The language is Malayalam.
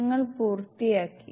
നിങ്ങൾ പൂർത്തിയാക്കി